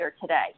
today